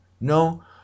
No